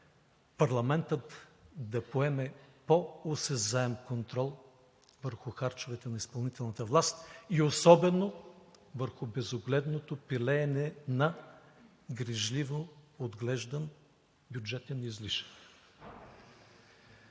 парламентът да поеме по-осезаем контрол върху харчовете на изпълнителната власт и особено върху безогледното пилеене на грижливо отглеждан бюджетен излишък.